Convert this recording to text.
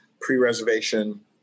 pre-reservation